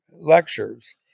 lectures